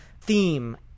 theme